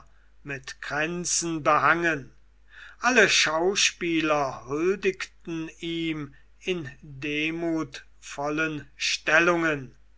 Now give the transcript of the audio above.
mit kränzen behangen alle schauspieler huldigten ihm in demutvollen stellungen